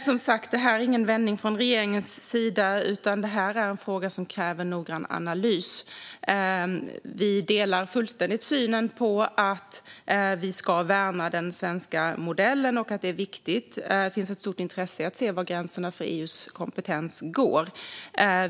Fru talman! Det är som sagt ingen vändning från regeringens sida. Detta är en fråga som kräver en noggrann analys. Vi delar fullständigt synen att vi ska värna den svenska modellen och att det är viktigt. Det finns ett stort intresse för att se var gränserna för EU:s kompetens går.